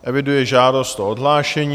Eviduji žádost o odhlášení.